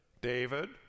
David